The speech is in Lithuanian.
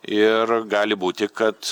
ir gali būti kad